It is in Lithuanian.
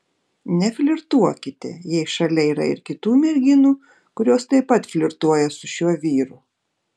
neflirtuokite jei šalia yra ir kitų merginų kurios taip pat flirtuoja su šiuo vyru